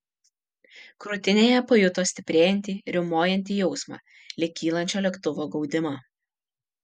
krūtinėje pajuto stiprėjantį riaumojantį jausmą lyg kylančio lėktuvo gaudimą